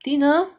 dinner